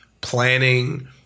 planning